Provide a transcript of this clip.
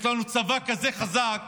יש לנו צבא כזה חזק